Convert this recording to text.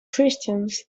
christians